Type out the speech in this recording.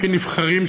כנבחרים,